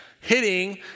hitting